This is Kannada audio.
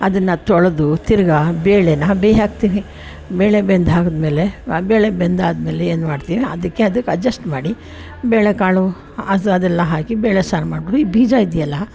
ಅದನ್ನು ತೊಳೆದು ತಿರ್ಗಾ ಬೇಳೆನ ಬೇಯ್ ಹಾಕ್ತೀನಿ ಬೇಳೆ ಬೆಂದಾದಮೇಲೆ ಆ ಬೇಳೆ ಬೆಂದಾದಮೇಲೆ ಏನ್ಮಾಡ್ತೀನಿ ಅದಕ್ಕೆ ಅದಕ್ಕೆ ಅಡ್ಜಸ್ಟ್ ಮಾಡಿ ಬೇಳೆಕಾಳು ಆ ಸಹ ಅದೆಲ್ಲ ಹಾಕಿ ಬೇಳೆ ಸಾರು ಮಾಡಿ ಈ ಬೀಜ ಇದೆಯಲ್ಲಾ